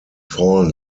fallen